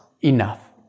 enough